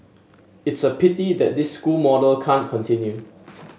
it's a pity that this school model can't continue